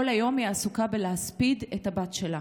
כל היום היא עסוקה בלהספיד את הבת שלה,